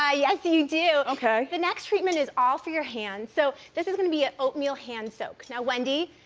ah yes, you do. okay. the next treatment is all for your hands. so, this is gonna be a oatmeal hand soak. now, wendy,